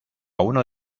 uno